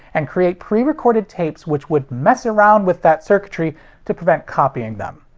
and create pre-recorded tapes which would mess around with that circuitry to prevent copying them.